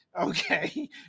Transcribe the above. Okay